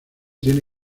tiene